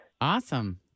Awesome